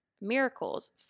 miracles